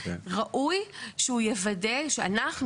ראוי שהוא יוודא שאנחנו,